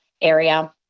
area